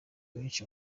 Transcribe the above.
benshi